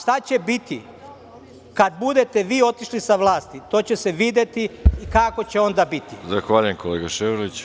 Šta će biti kada budete vi otišli sa vlati, to će se videti kako će onda biti.